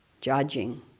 judging